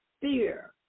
Fear